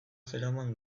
zeraman